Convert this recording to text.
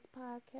podcast